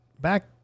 back